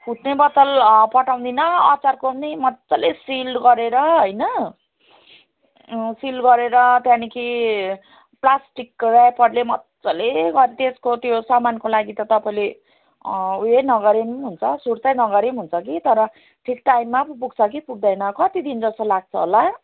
फुट्ने बत्तल पठाउदिनँ अचारको नि मज्जाले सिल्ड गरेर होइन सिल गरेर त्यहाँदेखि प्लास्टिकको ऱ्यापरले मज्जाले गरी त्यसको त्यो समानको लागि त तपाईँले ऊ यो नगरे पनि हुन्छ सुर्ता नगरे पनि हुन्छ कि तर ठिक टाइममा पो पुग्छ कि पुग्दैन कति दिन जस्तो लाग्छ होला